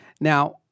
Now